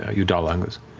ah yudala, and goes,